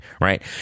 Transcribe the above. right